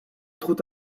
trop